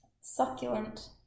Succulent